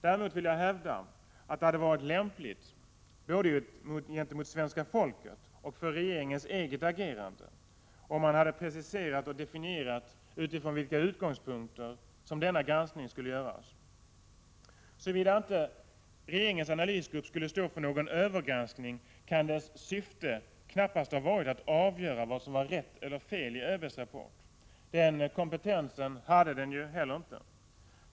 Däremot vill jag hävda att det hade varit lämpligt både gentemot svenska folket och för regeringens eget agerande, om man hade preciserat och definierat utifrån vilka utgångspunkter denna granskning skulle göras. Såvida inte regeringens analysgrupp skulle stå för någon övergranskning, kan dess syfte knappast ha varit att avgöra vad som var rätt eller fel i ÖB:s rapport. Den kompetensen hade den ju heller inte.